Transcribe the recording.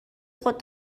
خود